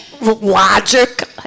logic